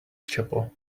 chapel